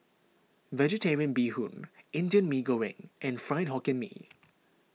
Vegetarian Bee Hoon Indian Mee Goreng and Fried Hokkien Mee